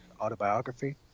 autobiography